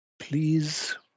Please